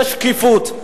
יש שקיפות.